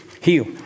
heal